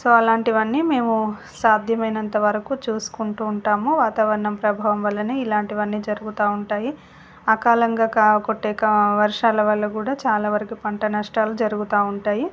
so అలాంటివన్నీ మేము సాధ్యమైనంత వరకు చూసుకుంటూ ఉంటాము వాతావరణం ప్రభావం వలన ఇలాంటివన్నీ జరుగుతూ ఉంటాయి అకాలంగా కొట్టే వర్షాల వల్ల కూడా చాలా వరకు పంట నష్టాలు జరుగుతూ ఉంటాయి